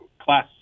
Class